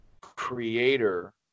creator